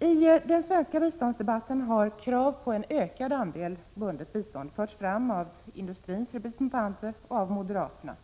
I den svenska biståndsdebatten har krav på en ökad andel bundet bistånd förts fram av industrins representanter och av moderaterna.